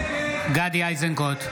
גדי איזנקוט,